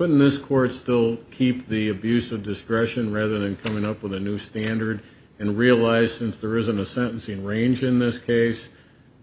in this court still keep the abuse of discretion rather than coming up with a new standard and realizes there isn't a sentencing range in this case